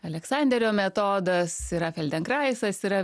aleksanderio metodas yra feldenkraisas yra